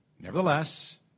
Nevertheless